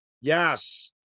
Yes